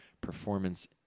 performance